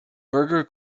berger